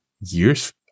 years